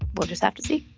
we'll just have to see